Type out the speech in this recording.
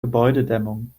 gebäudedämmung